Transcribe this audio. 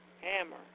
Hammer